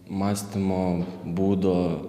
mąstymo būdo